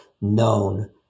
known